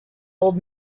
old